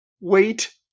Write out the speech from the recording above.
wait